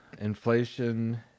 Inflation